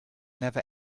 never